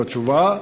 בתשובה,